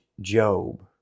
Job